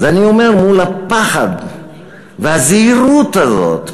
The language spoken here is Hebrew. אני אומר: מול הפחד והזהירות הזאת,